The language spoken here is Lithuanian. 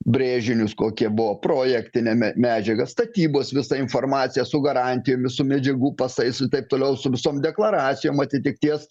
brėžinius kokie buvo projektinę medžiagą statybos visa informacija su garantijomis su medžiagų pasais ir taip toliau su visom deklaracijom atitikties